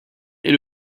est